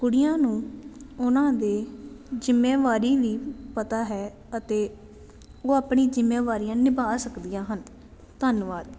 ਕੁੜੀਆਂ ਨੂੰ ਉਹਨਾਂ ਦੇ ਜ਼ਿੰਮੇਵਾਰੀ ਵੀ ਪਤਾ ਹੈ ਅਤੇ ਉਹ ਆਪਣੀ ਜ਼ਿੰਮੇਵਾਰੀਆਂ ਨਿਭਾ ਸਕਦੀਆਂ ਹਨ ਧੰਨਵਾਦ